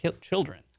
children